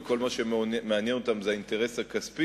וכל מה שמעניין אותם זה האינטרס הכספי,